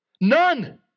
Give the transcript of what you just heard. None